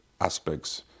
aspects